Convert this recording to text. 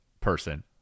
person